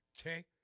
Okay